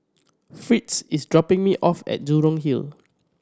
Fritz is dropping me off at Jurong Hill